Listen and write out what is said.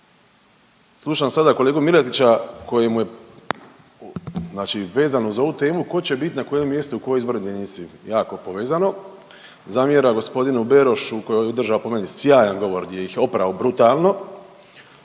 Slušam sada kolegu Miletića kojemu je znači vezano uz ovu temu tko će bit na kojem mjestu u kojoj izbornoj jedinici jako povezano. Zamjera gospodinu Berošu koji je održa po meni sjajan govor gdje ih oprao brutalno